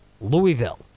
Louisville